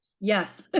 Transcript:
Yes